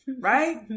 right